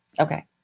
Okay